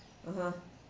(uh huh)